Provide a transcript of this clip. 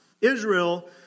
Israel